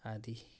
आदि